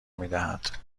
میدهد